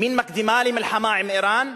מין מקדמה למלחמה עם אירן.